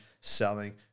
selling